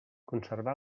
conservà